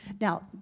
Now